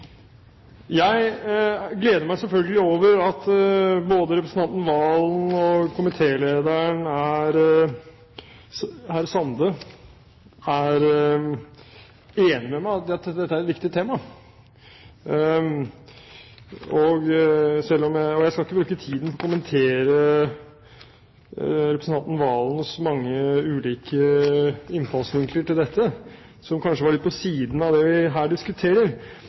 Jeg gleder meg selvfølgelig over at både representanten Serigstad Valen og komitélederen, hr. Sande, er enig med meg i at dette er et viktig tema. Jeg skal ikke bruke tiden på å kommentere representanten Serigstad Valens mange ulike innfallsvinkler til dette, som kanskje var litt på siden av det vi her diskuterer.